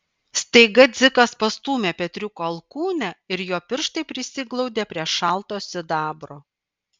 staiga dzikas pastūmė petriuko alkūnę ir jo pirštai prisiglaudė prie šalto sidabro